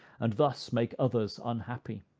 and thus make others unhappy.